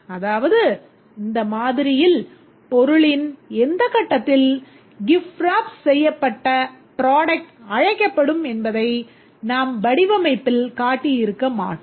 அதாவது இந்த மாதிரியில் பொருளின் எந்த கட்டத்தில் gift wrap செய்யப்பட்ட product அழைக்கப்படும் என்பதை நாம் வடிவமைப்பில் காட்டி இருக்க மாட்டோம்